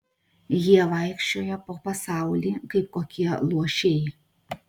jie vaikščioja po pasaulį kaip kokie luošiai